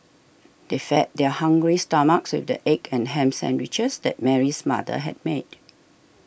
they fed their hungry stomachs with the egg and ham sandwiches that Mary's mother had made